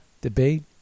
debate